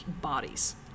bodies